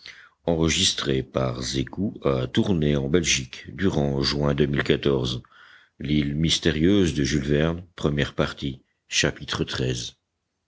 verne l'île mystérieuse table des matières partie